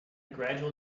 gradual